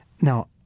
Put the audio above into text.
Now